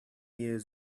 years